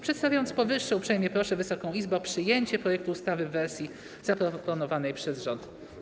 Przedstawiając powyższe, uprzejmie proszę Wysoką Izbę o przyjęcie projektu ustawy w wersji zaproponowanej przez rząd.